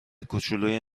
کوچولوی